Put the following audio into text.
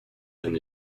than